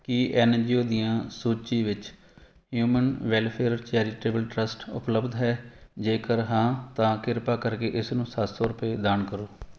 ਕੀ N G O ਦੀਆਂ ਸੂਚੀ ਵਿੱਚ ਹਿਊਮਨ ਵੈਲਫ਼ੇਅਰ ਚੈਰਿਟੇਬਲ ਟਰੱਸਟ ਉਪਲੱਬਧ ਹੈ ਜੇਕਰ ਹਾਂ ਤਾਂ ਕਿਰਪਾ ਕਰਕੇ ਇਸ ਨੂੰ ਸੱਤ ਸੌ ਰੁਪਏ ਦਾਨ ਕਰੋ